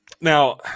now